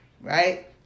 right